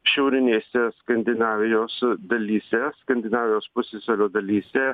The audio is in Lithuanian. šiaurinėse skandinavijos dalyse skandinavijos pusiasalio dalyse